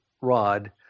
rod